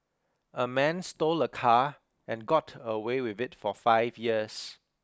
a man stole a car and got away with it for five years